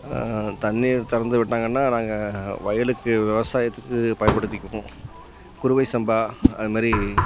தண்ணீர் திறந்து விட்டாங்கனால் நாங்கள் வயலுக்கு விவசாயத்துக்கு பயன்படுத்திக்குவோம் குறுவை சம்பா அதுமாதிரி